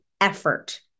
effort